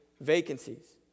vacancies